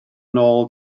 nôl